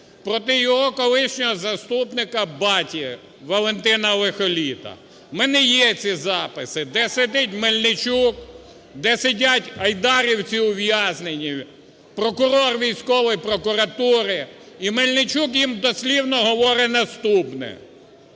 проти його колишнього заступника "Баті" Валентина Лихолита. В мене є ці записи, де сидить Мельничук, де сидять айдарівці ув'язнені, прокурор військовий прокуратури, і Мельничук їм дослівно говорить наступне: